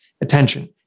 attention